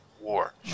war